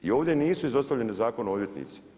I ovdje nisu izostavljeni zakonom odvjetnici.